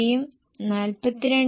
9 ആയും നിശ്ചയിച്ചിരിക്കുന്നു